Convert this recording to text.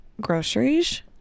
Groceries